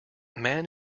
man